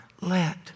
Let